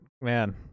Man